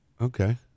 Okay